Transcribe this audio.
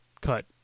cut